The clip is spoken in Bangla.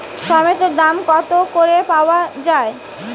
টমেটোর দাম কত করে পাওয়া যায়?